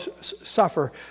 suffer